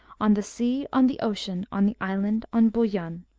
on the sea, on the ocean, on the island, on bujan,